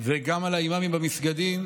וגם לאימאמים במסגדים.